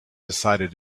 decided